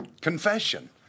confession